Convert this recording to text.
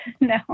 no